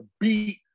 beat